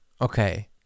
Okay